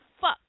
fuck